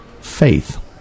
faith